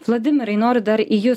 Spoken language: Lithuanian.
vladimirai noriu dar į jus